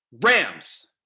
Rams